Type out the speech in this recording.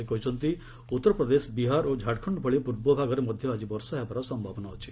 ସେ କହିଛନ୍ତି ଉତ୍ତର ପ୍ରଦେଶ ବିହାର ଓ ଝାଡ଼ଖଣ୍ଡ ଭଳି ପୂର୍ବଭାଗରେ ମଧ୍ୟ ଆଜି ବର୍ଷା ହେବାର ସମ୍ଭାବନା ଅଛି